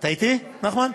אתה אתי, נחמן?